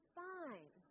fine